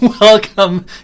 Welcome